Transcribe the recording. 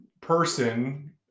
person